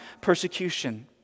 Persecution